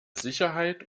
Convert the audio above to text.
sicherheit